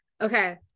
okay